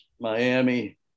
Miami